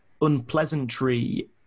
unpleasantry